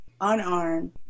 unarmed